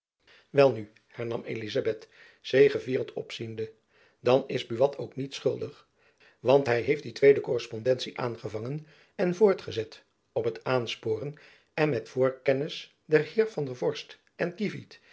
welnu hernam elizabeth zegevierend opziende dan is buat ook niet schuldig want hy heeft die tweede korrespondentie aangevangen en voortgezet op het aansporen en met voorkennis der heeren van der horst en kievit